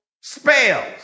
Spells